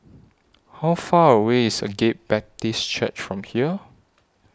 How Far away IS Agape Baptist Church from here